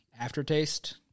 aftertaste